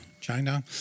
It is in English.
China